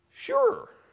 Sure